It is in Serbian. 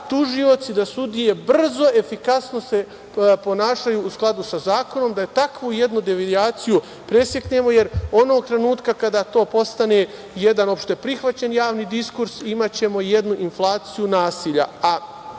da tužioci, da sudije brzo, efikasno se ponašaju u skladu sa zakonom, da takvu jednu devijaciju presečemo, jer onog trenutka kada to postane jedan opšte prihvaćen javni diskurs imaćemo jednu inflaciju nasilja,